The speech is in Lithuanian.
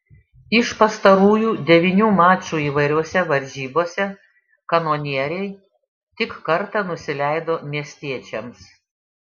iš pastarųjų devynių mačų įvairiose varžybose kanonieriai tik kartą nusileido miestiečiams